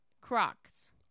Crocs